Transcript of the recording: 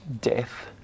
death